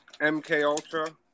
MKUltra